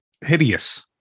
hideous